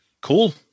cool